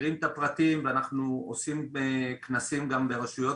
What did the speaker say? מכירים את הפרטים ואנחנו עושים כנסים גם ברשויות